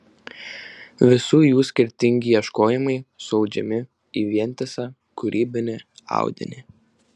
visų jų skirtingi ieškojimai suaudžiami į vientisą kūrybinį audinį